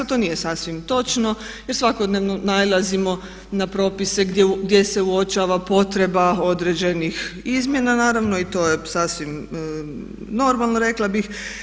To nije sasvim točno jer svakodnevno nailazimo na propise gdje se uočava potreba određenih izmjena naravno i to je sasvim normalno rekla bih.